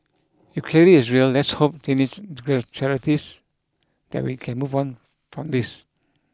if Kelly is real let's hope teenage that we can move on from this